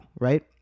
right